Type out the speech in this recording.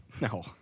no